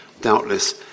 doubtless